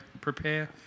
prepare